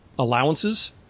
Allowances